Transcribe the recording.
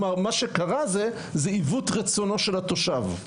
כלומר מה שקרה, זה עיוות רצונו של התושב.